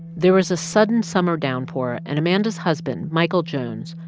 there was a sudden summer downpour. and amanda's husband, michael jones,